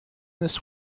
this